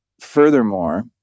Furthermore